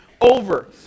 over